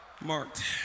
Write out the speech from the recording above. marked